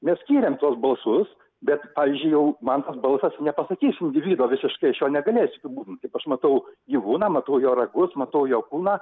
mes skiriam tuos balsus bet pavyzdžiui jau man tas balsas nepasakys individo visiškai aš jo negalėsiu apibūdint kaip aš matau gyvūną matau jo ragus matau jo kūną